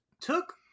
took